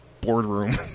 boardroom